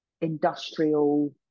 industrial